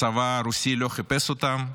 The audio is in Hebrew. הצבא הרוסי לא חיפש אותם,